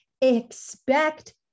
Expect